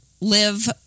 live